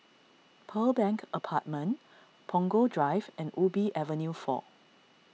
Pearl Bank Apartment Punggol Drive and Ubi Avenue four